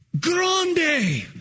Grande